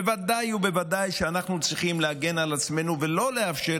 בוודאי ובוודאי שאנחנו צריכים להגן על עצמנו ולא לאפשר